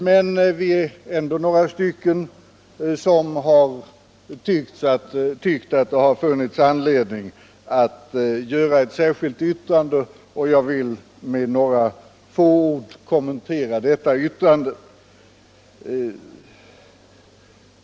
Men vi är ändå några stycken som har tyckt att det funnits anledning att avge ett särskilt yttrande, och jag vill med några få ord kommentera detta yttrande.